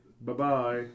Bye-bye